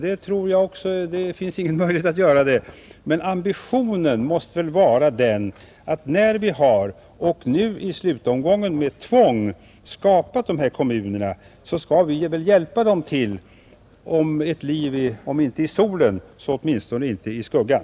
Jag tror inte heller att det finns någon möjlighet till det, men ambitionen måste väl vara den, när vi har — och nu i slutomgången med tvång — skapat dessa kommuner, att vi skall hjälpa dem till ett liv, om inte i solen så åtminstone inte i skuggan.